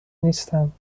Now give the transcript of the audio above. نیستم